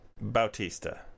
Bautista